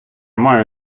маю